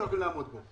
לא יכולים לעמוד בו.